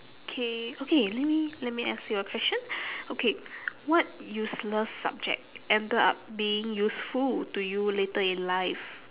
okay okay let me let me ask you a question okay what useless subject ended up being useful to you later in life